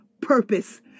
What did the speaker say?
purpose